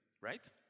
right